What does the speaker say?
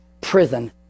prison